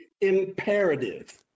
imperative